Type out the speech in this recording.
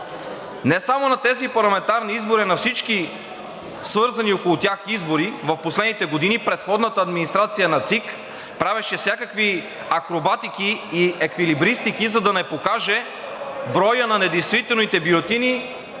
Не само на тези парламентарни избори, а на всички, свързани около тях, избори в последните години, предходната администрация на ЦИК правеше всякакви акробатики и еквилибристики, за да не покаже броя на недействителните бюлетини